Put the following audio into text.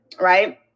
right